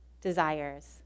desires